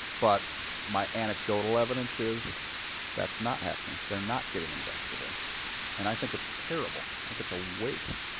but my anecdotal evidence is that's not happening. they're not getting invested in and i think it's terrible like it's a waste